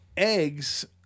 Eggs